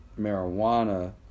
marijuana